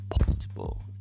possible